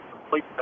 complete